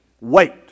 Wait